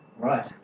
Right